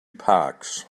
parks